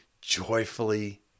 joyfully